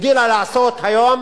הגדילה לעשות היום,